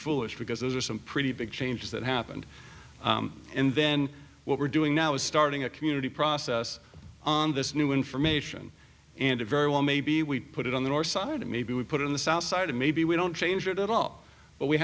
foolish because those are some pretty big changes that happened and then what we're doing now is starting a community process on this new information and it very well may be we put it on the north side maybe we put it in the south side and maybe we don't change it at all but we